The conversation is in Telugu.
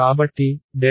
కాబట్టి ∇